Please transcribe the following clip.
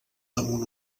damunt